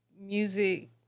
music